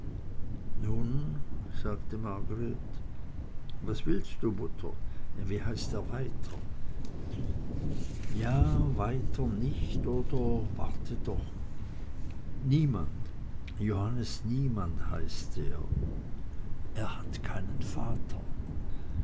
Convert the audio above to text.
nun sagte margreth was willst du mutter wie heißt er weiter ja weiter nicht oder warte doch niemand johannes niemand heißt er er hat keinen vater